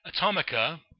Atomica